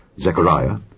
Zechariah